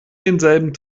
denselben